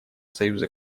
союза